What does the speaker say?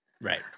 right